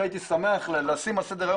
הייתי שמח שהנושא הזה יעלה לסדר-היום